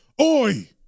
Oi